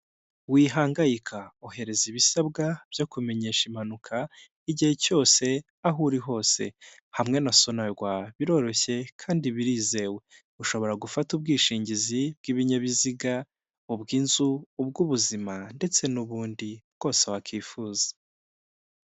Wihangayika, ohereza ibisabwa byo kumenyesha impanuka igihe cyose aho uri hose. Hamwe na sonagrwa biroroshye kandi birizewe. Ushobora gufata ubwishingizi bw'ibinyabiziga, ubw'inzu, ubw'ubuzima, ndetse n'ubundi bwose wakwifuza.